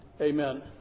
Amen